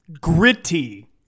Gritty